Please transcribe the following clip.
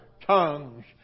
tongues